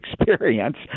experience